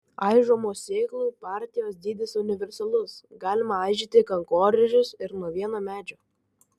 aižomos sėklų partijos dydis universalus galima aižyti kankorėžius ir nuo vieno medžio